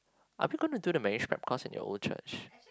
are we gonna do the marriage prep course in your old church